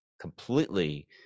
completely